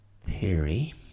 theory